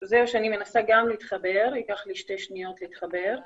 זה דינמיקה פנימית של בית ספר או ישוב או בחירת מנהל